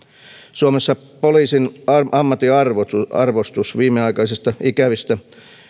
suomessa poliisin ammatin arvostus viimeaikaisista ikävistä